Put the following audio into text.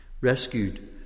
Rescued